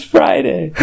Friday